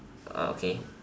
err okay